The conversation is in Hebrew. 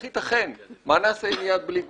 מה יעשו עם יד בלי גוף?